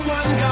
one